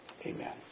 amen